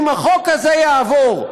אם החוק הזה יעבור,